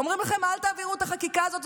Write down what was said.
אומרים לכם: אל תעבירו את החקיקה הזאת.